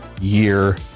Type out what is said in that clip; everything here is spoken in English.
year